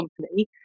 company